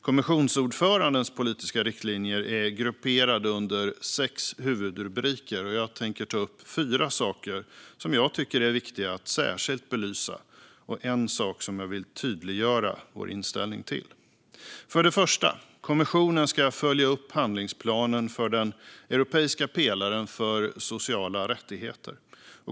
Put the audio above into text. Kommissionsordförandens politiska riktlinjer är grupperade under sex huvudrubriker. Jag tänker ta upp fyra saker jag tycker är viktiga att särskilt belysa och en sak som jag vill tydliggöra vår inställning till. För det första: Kommissionen ska följa upp handlingsplanen för den europeiska pelaren för sociala rättigheter.